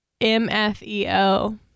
M-F-E-O